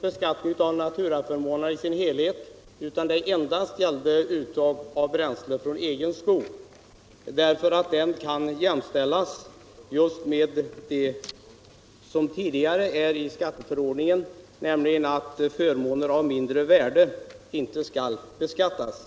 beskattning av naturaförmånerna som helhet, utan att det endast gällde beskattning av bränsle från egen skog. Detta kan ju jämställas med stadgandet i skatteförordningen att förmåner av mindre värde inte skall beskattas.